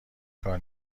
کار